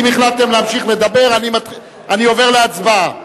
אם החלטתם להמשיך לדבר, אני עובר להצבעה.